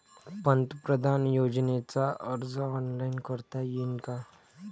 पंतप्रधान योजनेचा अर्ज ऑनलाईन करता येईन का?